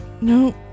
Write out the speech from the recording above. No